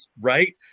right